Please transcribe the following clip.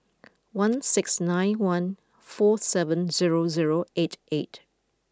one six nine one four seven zero zero eight eight